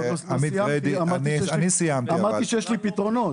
עוד לא סיימתי אמרתי שיש לי פתרונות,